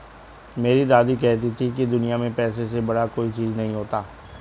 मेरी दादी कहती थी कि दुनिया में पैसे से बड़ा कोई चीज नहीं होता